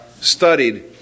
studied